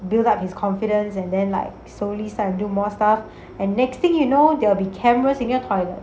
build up his confidence and then like slowly start to do more stuff and next thing you know there will be cameras in your toilet